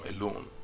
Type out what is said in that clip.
alone